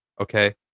okay